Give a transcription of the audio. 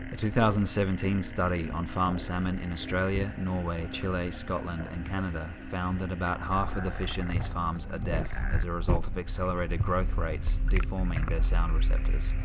two thousand and seventeen study on farmed salmon in australia, norway, chile, scotland and canada found that about half of the fish in these farms are deaf as a result of accelerated growth rates deforming their sound receptors